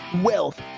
wealth